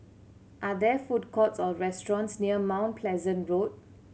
are there food courts or restaurants near Mount Pleasant Road